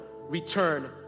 return